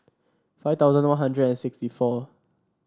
five thousand One Hundred and sixty four